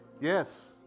yes